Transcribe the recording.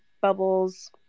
bubbles